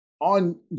on